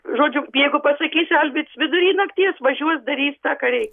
žodžiu jeigu pasakysiu alvyds vidury nakties važiuos darys tą ką reikia